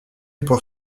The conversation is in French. pour